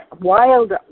wild